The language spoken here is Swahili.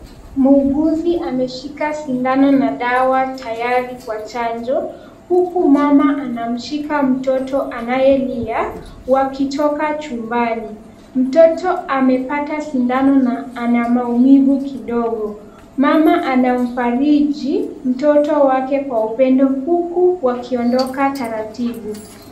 Muuguzi ameshika sindano na dawa tayari kwa chanjo, huku mama anamshika mtoto anayelia wakitoka chumbani. Mtoto amepata sindano na ana maumivu kidogo. Mama anamfariji mtoto wake kwa upendo huku wakiondoka taratibu.